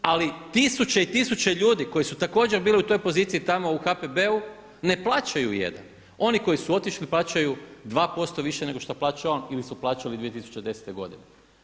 Ali tisuće i tisuće ljudi koji su također bili u toj poziciji tamo u HPB-u ne plaćaju 1. Oni koji su otišli plaćaju 2% više nego šta plaća on ili su plaćali 2010. godine.